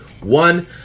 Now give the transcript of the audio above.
one